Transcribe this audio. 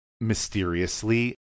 mysteriously